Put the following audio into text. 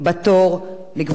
תודה רבה לך, אדוני היושב-ראש.